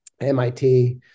MIT